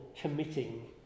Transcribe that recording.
committing